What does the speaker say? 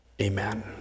amen